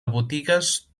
botigues